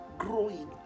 growing